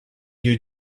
you